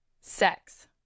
Sex